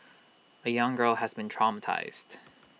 A young girl has been traumatised